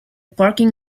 parking